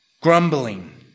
grumbling